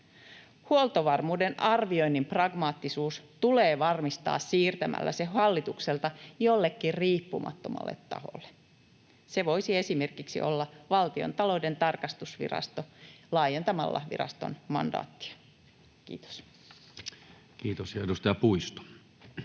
Huoltovarmuuden arvioinnin pragmaattisuus tulee varmistaa siirtämällä se hallitukselta jollekin riippumattomalle taholle. Se voisi esimerkiksi olla Valtiontalouden tarkastusvirasto laajentamalla viraston mandaattia. — Kiitos. Kiitos.